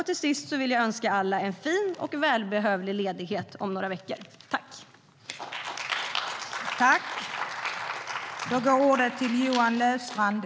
Till sist vill jag önska alla en fin och välbehövlig ledighet om några veckor.